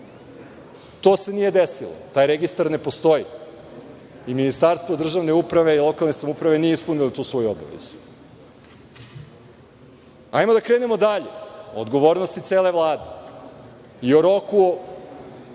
to se nije desilo. Taj registar ne postoji. Ministarstvo državne uprave i lokalne samouprave nije ispunilo tu svoju obavezu. Hajde da krenemo dalje o odgovornosti cele Vlade i o roku